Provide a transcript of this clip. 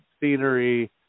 scenery